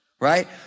right